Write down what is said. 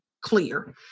clear